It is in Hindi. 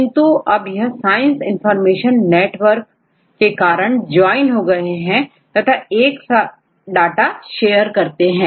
किंतु अब यह साइंस इनफार्मेशन नेटवर्क में ज्वाइन हो गए हैं और एक था डाटा शेयर करते हैं